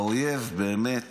האויב באמת